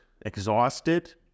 exhausted